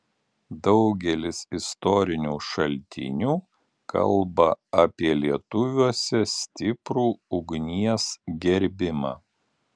daugelis istorinių šaltinių kalba apie lietuviuose stiprų ugnies gerbimą